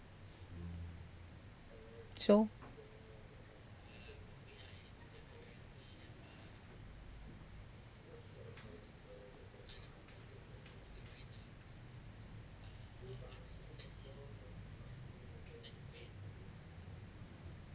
so